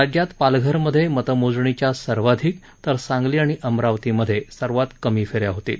राज्यात पालघरमधे मतमोजणीच्या सर्वाधिक तर सांगली आणि अमरावतीमधे सर्वात कमी फे या होतील